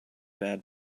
bad